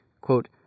quote